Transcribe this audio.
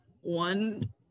one